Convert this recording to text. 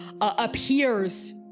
appears